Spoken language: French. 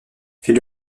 fit